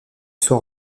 soit